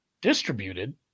distributed